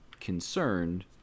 concerned